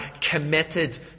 committed